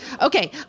Okay